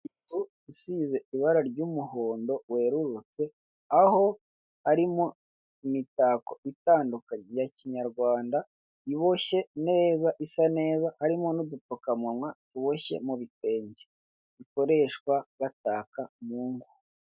Inzu size ibara ry'umuhondo werurutse, aho harimo imitako itandukanye ya Kinyarwanda iboshye neza, isa neza harimo n'udupfukamunwa tuboshye mu bitenge bikoreshwa bataka mu ngo.